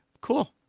Cool